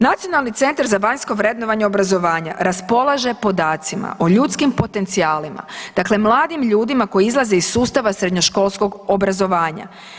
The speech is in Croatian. Nacionalni centar za vanjsko vrednovanje obrazovanja raspolaže podacima o ljudskim potencijalima, dakle mladim ljudima koji izlaze iz sustava srednjoškolskog obrazovanja.